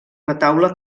retaule